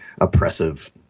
oppressive